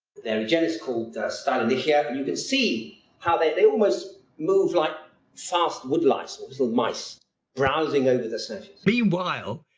they're a genus called stalinischia ah and you can see how they they almost move like fast wood lice or little mice browsing over the surface meanwhile,